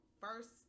first